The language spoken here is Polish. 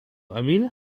emil